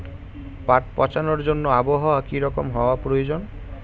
পাট পচানোর জন্য আবহাওয়া কী রকম হওয়ার প্রয়োজন?